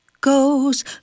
goes